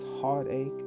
heartache